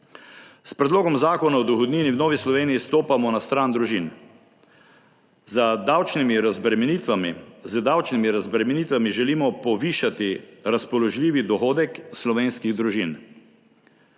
S predlogom Zakona o dohodnini v Novi Sloveniji stopamo na stran družin. Z davčnimi razbremenitvami želimo povišati razpoložljivi dohodek slovenskih družin.